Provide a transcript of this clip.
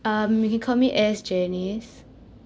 um you can call me S janice